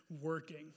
working